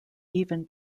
even